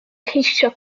ceisio